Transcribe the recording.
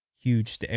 huge